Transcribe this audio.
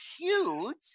cute